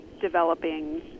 developing